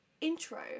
intro